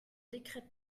décrète